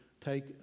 take